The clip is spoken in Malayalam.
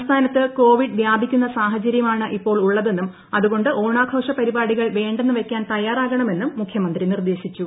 സംസ്ഥാനത്ത് കോവിഡ് വ്യാപിക്കുന്ന സാഹ്ചര്യമാണ് ഇപ്പോൾ ഉള്ളതെന്നും അതുകൊണ്ട് ഓണാഘോഷ പരിപാടികൾ വേണ്ടെന്ന് വയ്ക്കാൻ തയ്യാറാകണമെന്നും മുഖ്യമന്ത്രി നിർദേശിച്ചു